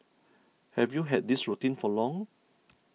have you had this routine for long